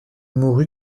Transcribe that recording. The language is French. mourut